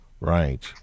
Right